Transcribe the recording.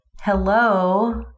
hello